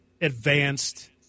advanced –